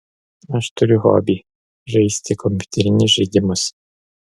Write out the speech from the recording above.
aš turiu hobį žaisti kompiuterinius žaidimus